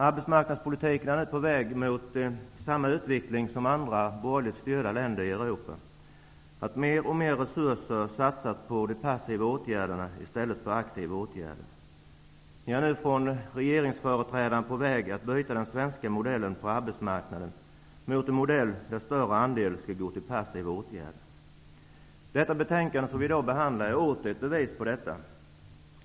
Arbetsmarknadspolitiken är nu på väg mot samma utveckling som i andra borgerligt styrda länder i Europa -- att mer och mer resurser satsas på passiva åtgärder i stället för på aktiva åtgärder. Ni är nu på regeringssidan på väg att byta den svenska modellen för arbetsmarknadspolitik mot en modell där en större andel skall gå till passiva åtgärder. Det betänkande som vi nu behandlar är åter ett bevis på detta.